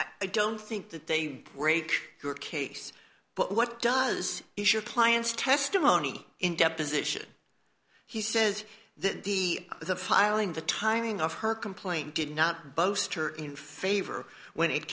i don't think that they were rake your case but what does issue appliance testimony in deposition he says that the the filing the timing of her complaint did not boast her in favor when it